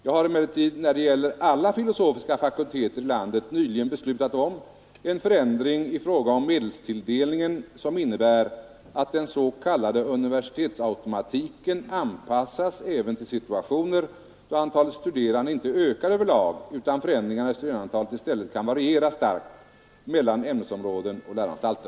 Jag har emellertid när det gäller alla filosofiska fakulteter i landet nyligen beslutat om en förändring i fråga om medelstilldelningen som innebär att den s.k. universitetsautomatiken anpassas även till situationer då antalet studerande inte ökar över lag utan förändringarna i studerandeantalet i stället kan variera starkt mellan ämnesområden och läroanstalter.